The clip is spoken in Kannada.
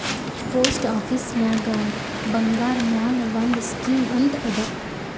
ಪೋಸ್ಟ್ ಆಫೀಸ್ನಾಗ್ ಬಂಗಾರ್ ಮ್ಯಾಲ ಒಂದ್ ಸ್ಕೀಮ್ ಅಂತ್ ಅದಾ